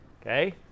Okay